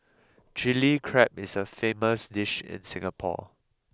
Chilli Crab is a famous dish in Singapore